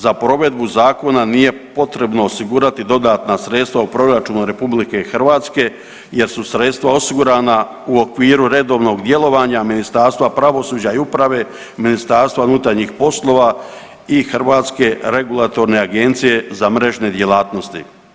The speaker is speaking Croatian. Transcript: Za provedbu zakona nije potrebno osigurati dodatna sredstva u proračunu Republike Hrvatske, jer su sredstva osigurana u okviru redovnog djelovanja Ministarstva pravosuđa i uprave, Ministarstva unutarnjih poslova i Hrvatske regulatorne agencije za mrežne djelatnosti.